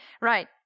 Right